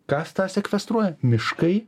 kas tą sekvestruoja miškai